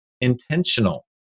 intentional